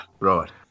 Right